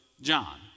John